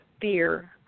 fear